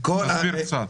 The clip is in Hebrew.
תסביר קצת.